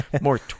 more